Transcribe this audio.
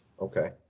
Okay